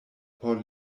por